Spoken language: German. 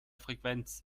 frequenz